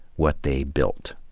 what they built.